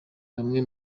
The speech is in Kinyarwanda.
bamwe